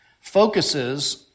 focuses